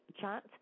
chat